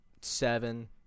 seven